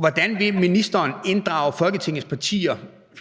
Hvordan vil ministeren inddrage Folketingets partier